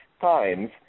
Times